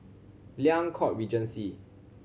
Liang Court Regency